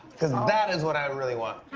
cause that is what i and really want.